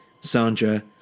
Sandra